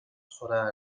sona